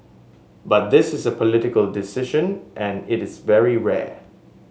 but this is a political decision and it's very rare